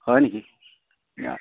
হয় নেকি অঁ